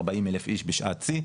40,000 איש בשעת שיא,